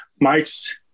Mike's